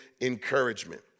encouragement